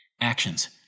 Actions